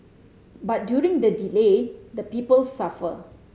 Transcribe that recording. but during the delay the people suffer